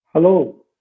Hello